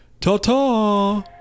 ta-ta